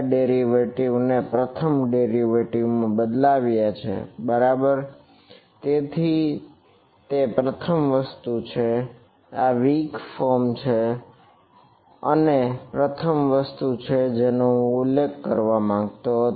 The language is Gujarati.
ડેરિવેટિવ છે એ પ્રથમ વસ્તુ છે જેનો હું ઉલ્લેખ કરવા માંગતો હતો